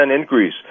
increase